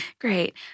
Great